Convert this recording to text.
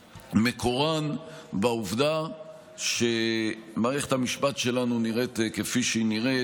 מקורן בעובדה שמערכת המשפט שלנו נראית כפי שהיא נראית,